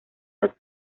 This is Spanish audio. los